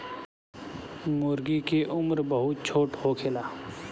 मूर्गी के उम्र बहुत छोट होखेला